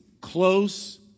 close